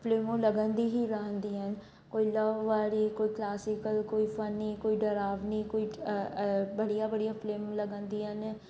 फ़िल्मूं लॻंदी ही रहंदी आहिनि कोई लव वारी कोई क्लासिकल कोई फनी कोई डरावनी कोई बढ़िया बढ़िया फ़िल्मूं लॻंदी आहिनि